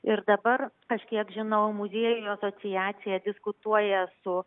ir dabar aš kiek žinau muziejų asociacija diskutuoja su